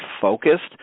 focused